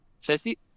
Fizzy